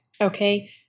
Okay